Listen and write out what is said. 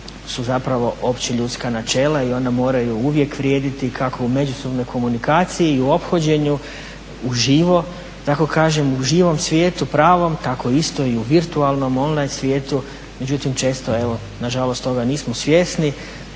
su zapravo općeljudska načela i ona moraju uvijek vrijediti, kako u međusobnoj komunikaciji i u ophođenju uživo, u živom svijetu, pravom, tako isto i u virtualnom, online svijetu. Međutim često evo nažalost toga nismo svjesni.